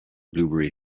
blueberry